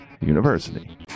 University